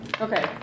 Okay